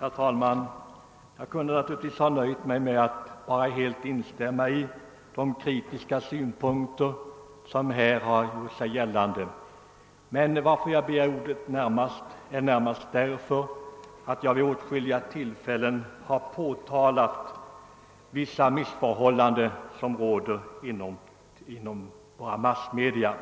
Herr talman! Jag kunde naturligtvis. ha nöjt mig med att bara helt instämma. i de kritiska synpunkter som här har framförts. Jag har själv vid åtskilliga tillfällen påtalat vissa missförhållanden som råder inom våra massmedia.